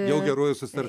jau geruoju susitart